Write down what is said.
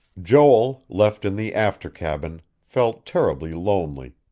joel, left in the after cabin, felt terribly lonely.